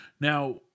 now